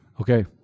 Okay